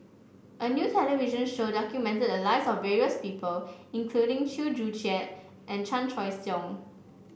a new television show documented the lives of various people including Chew Joo Chiat and Chan Choy Siong